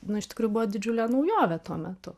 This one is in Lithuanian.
nu iš tikrųjų buvo didžiulė naujovė tuo metu